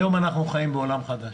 היום אנחנו חיים בעולם חדש,